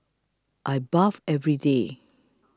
I bath every day